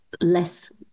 less